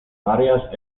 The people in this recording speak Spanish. varias